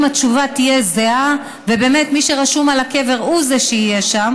אם התשובה תהיה זהה ומי שרשום על הקבר הוא זה שיהיה שם